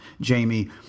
Jamie